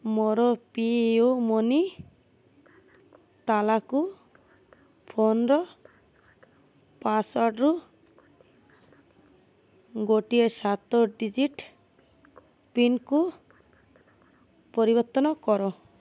ମୋର PayUmoney ତାଲାକୁ ଫୋନର ପାସୱାର୍ଡ଼ରୁ ଗୋଟିଏ ସାତ ଡିଜିଟ୍ ପିନ୍କୁ ପରିବର୍ତ୍ତନ କର